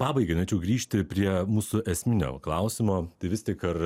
pabaigai norėčiau grįžti prie mūsų esminio klausimo tai vis tik ar